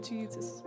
Jesus